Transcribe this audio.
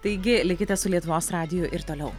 taigi likite su lietuvos radiju ir toliau